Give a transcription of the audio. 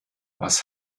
was